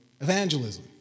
evangelism